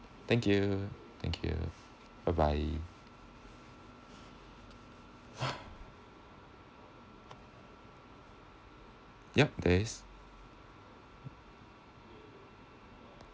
thank you thank you bye bye yup there is